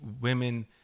women